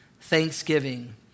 thanksgiving